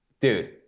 Dude